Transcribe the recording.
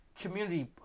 community